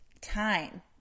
time